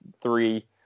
three